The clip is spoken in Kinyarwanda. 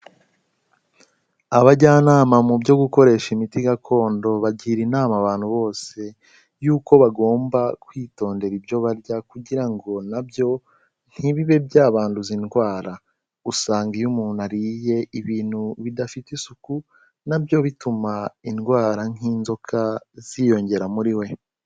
Abajyanama mu byo gukoresha imiti gakondo, bagira inama abantu bose y'uko bagomba kwitondera ibyo barya kugira ngo na byo ntibibe byabanduza indwara, usanga iyo umuntu ariye ibintu bidafite isuku, na byo bituma indwara nk'inzoka ziyongera muri we.